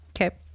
Okay